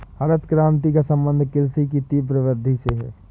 हरित क्रान्ति का सम्बन्ध कृषि की तीव्र वृद्धि से है